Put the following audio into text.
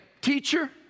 Teacher